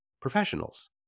professionals